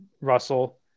Russell